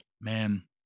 Man